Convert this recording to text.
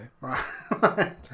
Right